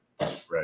Right